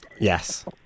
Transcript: Yes